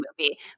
movie